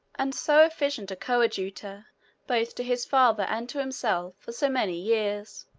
and so efficient a coadjutor both to his father and to himself, for so many years.